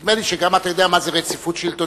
נדמה לי שגם אתה יודע מה זו רציפות שלטונית,